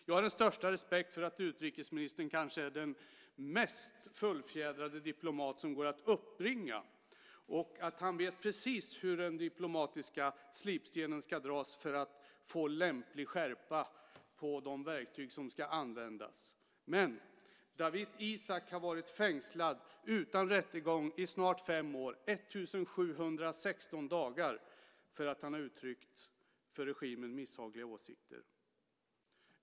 Jag har den största respekt för att utrikesministern kanske är den mest fullfjädrade diplomat som går att uppbringa och att han vet precis hur den diplomatiska slipstenen ska dras för att få lämplig skärpa på de verktyg som ska användas. Men Dawit Isaak har varit fängslad utan rättegång i snart fem år, 1 716 dagar, för att han har uttryckt för regimen misshagliga åsikter.